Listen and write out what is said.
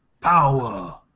Power